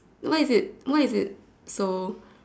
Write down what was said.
what is it what is it so